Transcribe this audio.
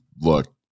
look